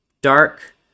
dark